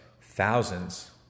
thousands